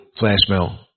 Flashmail